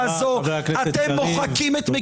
הזאת אתם מוחקים- -- חבר הכנסת קריב,